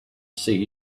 see